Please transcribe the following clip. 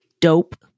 dope